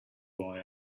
boy